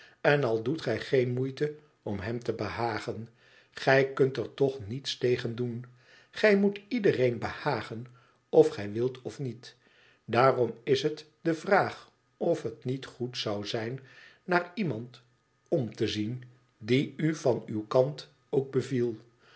en al doet j geen moeite om hem te behagen gij kunt er toch niets tegen doen gij moet iedereen behagen of gij wilt of niet daarom is het de vraag of het niet goed zou zijn naar iemand om te zien die u van uw kant ook beviel